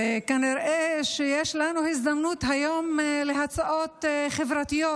וכנראה שיש לנו הזדמנות היום להצעות חברתיות